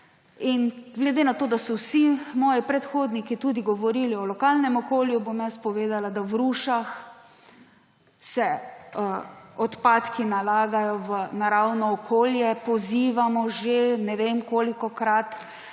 in glede na to, da so vsi moji predhodniki tudi govorili o lokalnem okolju, bom jaz povedala, da v Rušah se odpadki nalagajo v naravno okolje. Pozivamo že ne vem kolikokrat,